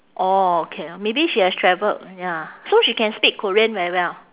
orh okay maybe she has travelled ya so she can speak korean very well